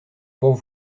pour